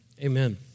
Amen